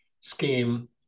scheme